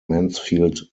mansfield